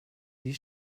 die